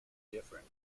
different